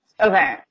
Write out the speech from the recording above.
okay